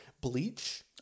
bleach